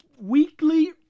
weekly